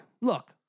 Look